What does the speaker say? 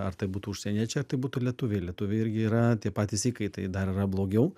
ar tai būtų užsieniečiai ar tai būtų lietuviai lietuviai irgi yra tie patys įkaitai dar yra blogiau